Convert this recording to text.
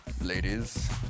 ladies